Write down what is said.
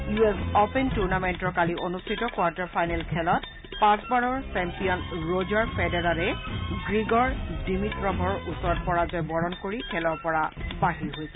U S open টুৰ্ণামেণ্টৰ কালি অনুষ্ঠিত কোৱাৰ্টাৰ ফাইনেল খেলত পাচ বাৰৰ চেম্পিয়ন ৰোজাৰ ফেডেৰাৰে গ্ৰীগৰ দিমিট্টভৰ ওচৰত পৰাজয় বৰণ কৰি খেলৰ পৰা বাহিৰ হৈছে